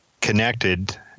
connected